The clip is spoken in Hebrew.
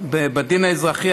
בדין האזרחי,